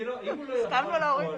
אם הוא לא יעמוד בזה,